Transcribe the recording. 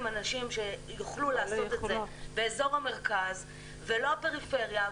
אנשים מבוססים מאזור המרכז ולא מהפריפריה.